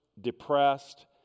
depressed